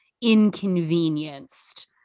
inconvenienced